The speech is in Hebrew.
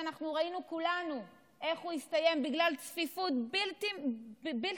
שאנחנו ראינו כולנו איך הוא הסתיים בגלל צפיפות בלתי נתפסת,